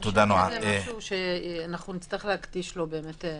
אני חושבת שזה משהו שאנחנו נצטרך להקדיש לו דיון קונקרטי.